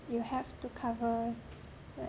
you have to cover like